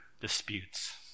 disputes